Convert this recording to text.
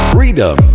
Freedom